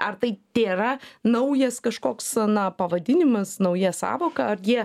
ar tai tėra naujas kažkoks na pavadinimas nauja sąvoka ar jie